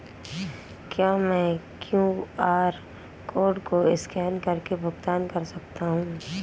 क्या मैं QR code को स्कैन करके भुगतान कर सकता हूं?